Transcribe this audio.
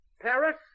Paris